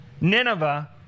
Nineveh